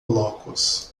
blocos